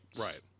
Right